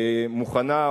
שבשביל השלום היא מוכנה,